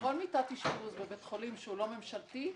שכל מיטת אשפוז בבית חולים שהוא לא ממשלתי,